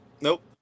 Nope